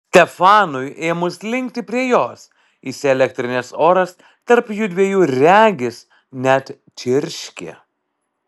stefanui ėmus linkti prie jos įsielektrinęs oras tarp jųdviejų regis net čirškė